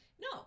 No